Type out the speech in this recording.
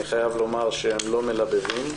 אני חייב לומר שהם לא מלבבים.